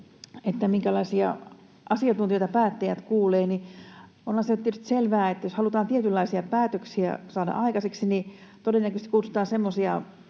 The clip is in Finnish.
tämä, minkälaisia asiantuntijoita päättäjät kuulevat, niin onhan se nyt tietysti selvää, että jos halutaan tietynlaisia päätöksiä saada aikaiseksi, niin todennäköisesti kutsutaan semmoisia